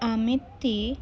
অমৃত্তি